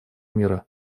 мира